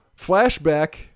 Flashback